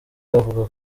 avuga